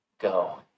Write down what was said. go